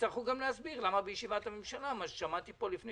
ולהסביר למה בישיבת הממשלה - שמעתי פה לפני